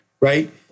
right